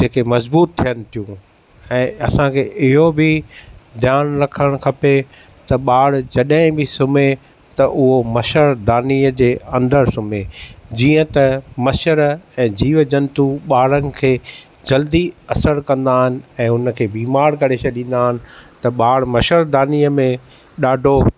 जेके मज़बूत थियनि थियूं ऐं असांखे इहो बि ध्यानु रखणु खपे त ॿारु जॾहिं बि सुम्हें त उहो मछरदानीअ जे अंदरि सुम्हें जीअं त मछर ऐं जीव जंतु ॿारनि खे जल्दी असरु कंदा आहिनि ऐं हुनखे बीमार करे छॾींदा आहिनि त ॿारु मछरदानीअ में ॾाढो